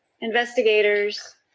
investigators